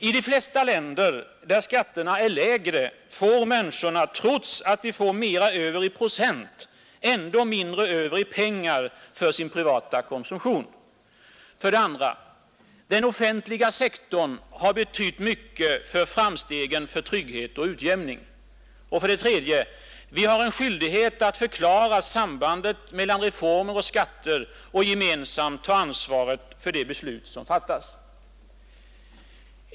I de flesta länder där skatterna är lägre får människorna trots att de får mera över i procent ändå mindre över i pengar för sin privata konsumtion. 2. Den offentliga sektorn har betytt mycket för framstegen, för trygghet och utjämning. 3. Vi har en skyldighet att förklara sambandet mellan reformer och skatter och gemensamt ta ansvaret för de beslut som fattas.